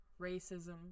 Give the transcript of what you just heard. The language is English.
racism